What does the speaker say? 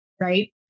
Right